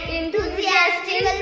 enthusiastic